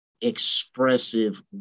expressive